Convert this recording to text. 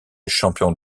champion